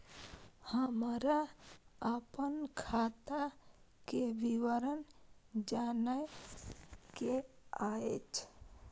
हमरा अपन खाता के विवरण जानय के अएछ?